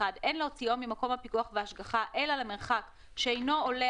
(1)אין להוציאו ממקום הפיקוח וההשגחה אלא למרחק שאינו עולה